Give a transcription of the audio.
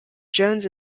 jones